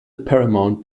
paramount